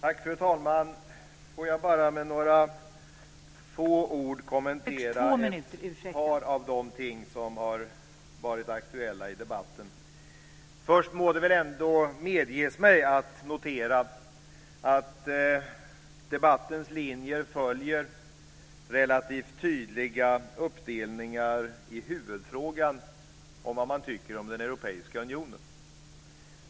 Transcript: Fru talman! Får jag bara med några få ord kommentera ett par av de ting som har varit aktuella i debatten. Först må det väl medges mig att notera att debattens linjer följer relativt tydliga uppdelningar i huvudfrågan om vad man tycker om den europeiska unionen.